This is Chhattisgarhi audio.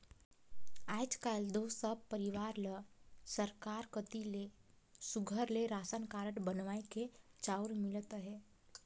आएज काएल दो सब परिवार ल सरकार कती ले सुग्घर ले रासन कारड बनुवाए के चाँउर मिलत अहे